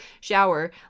shower